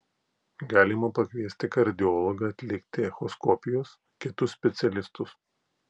galima pakviesti kardiologą atlikti echoskopijos kitus specialistus